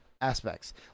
aspects